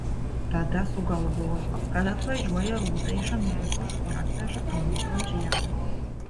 tada sugalvojau kad atvažiuoja rūta iš amerikos ir atveža anupro žiedą